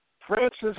Francis